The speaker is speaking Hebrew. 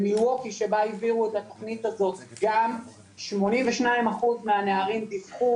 במילווקי שבה העבירו את התכנית הזאת שמונים ושניים אחוז מהנערים דיווחו